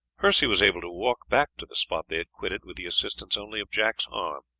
percy was able to walk back to the spot they had quitted with the assistance only of jack's arm.